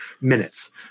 minutes